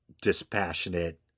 dispassionate